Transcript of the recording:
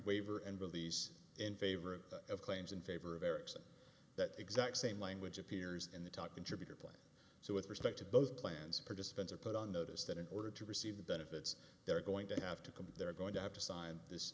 waiver and release in favor of claims in favor of erickson that exact same language appears in the top contributor plans so with respect to both plans participants are put on notice that in order to receive the benefits they're going to have to compete they're going to have to sign this